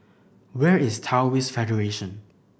where is Taoist Federation